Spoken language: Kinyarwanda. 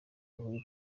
uhuru